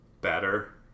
better